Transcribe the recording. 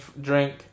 drink